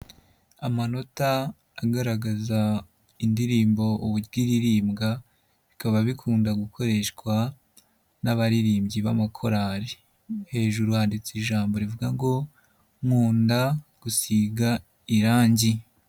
Amanota agaragaza indirimbo uburyo iririmbwa, bikaba bikunda gukoreshwa n'abaririmbyi b'amakorari, hejuru handitse ijambo rivuga ngo nkunda gusiga irangi.